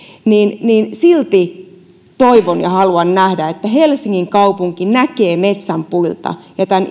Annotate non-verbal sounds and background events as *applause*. että silti toivon ja haluan nähdä että helsingin kaupunki näkee metsän puilta ja tämän *unintelligible*